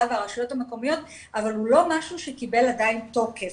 והרשויות המקומיות אבל הוא לא משהו שקיבל עדיין תוקף.